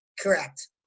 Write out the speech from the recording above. Correct